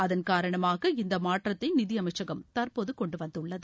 அதன் காரணமாக இந்த மாற்றத்தை நிதியமைச்சகம் தற்போது கொண்டுவந்துள்ளது